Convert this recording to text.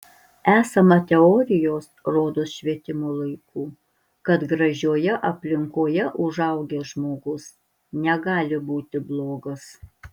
esama teorijos rodos švietimo laikų kad gražioje aplinkoje užaugęs žmogus negali būti blogas